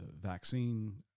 vaccine